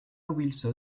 wilson